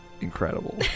incredible